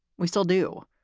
we still do.